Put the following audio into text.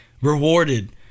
rewarded